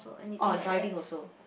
orh driving also